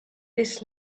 this